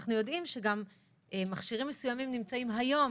אנחנו יודעים שמכשירים מסוימים נמצאים היום